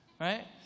right